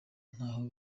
ntaho